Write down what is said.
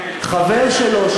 חבר שלו,